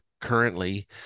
currently